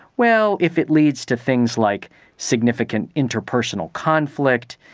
well, if it leads to things like significant interpersonal conflict,